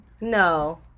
No